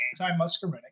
anti-muscarinic